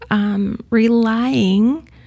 relying